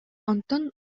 онтон